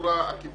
בצורה עקיפה.